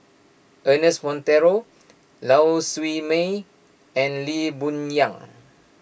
Ernest Monteiro Lau Siew Mei and Lee Boon Yang